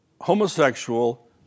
homosexual